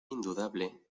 indudable